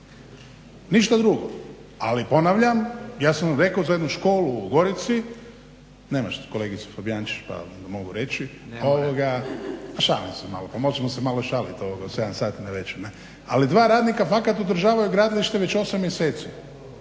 ništa drugo. Ali ponavljam ja sam vam rekao za jednu školu u Gorici, nema kolegice Fabijančić pa da mogu reći, šalim se malo. Pa možemo se malo šaliti do 7 sati navečer. Ali dva radnika fakat održavaju gradilište već 8 mjeseci